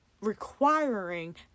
requiring